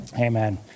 Amen